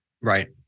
Right